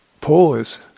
pause